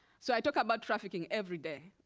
so i talk about trafficking every day,